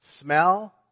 Smell